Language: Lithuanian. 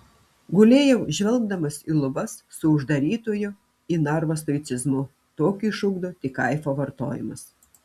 gulėjau žvelgdamas į lubas su uždarytojo į narvą stoicizmu tokį išugdo tik kaifo vartojimas